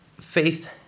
faith